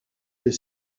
les